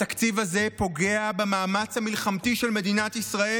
התקציב הזה פוגע במאמץ המלחמתי של מדינת ישראל,